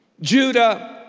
Judah